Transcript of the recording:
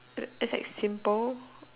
it's as simple